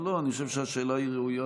אני חושב שהשאלה ראויה,